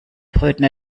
brüten